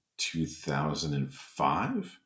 2005